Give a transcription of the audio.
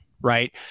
right